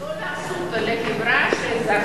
לא ל"אסותא", לחברה שזכתה.